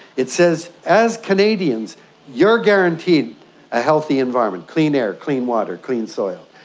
it says as canadians you are guaranteed a healthy environment, clean air, clean water, clean soil.